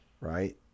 Right